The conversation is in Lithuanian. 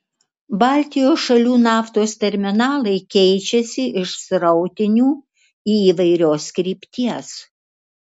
baltijos šalių naftos terminalai keičiasi iš srautinių į įvairios krypties